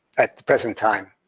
at the present time,